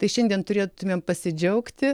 tai šiandien turėtumėm pasidžiaugti